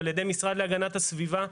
על ידי המשרד להגנת הסביבה,